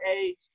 age